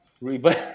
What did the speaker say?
reverse